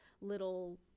little